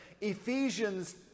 Ephesians